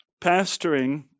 pastoring